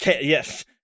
Yes